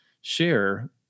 share